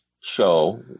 show